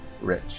rich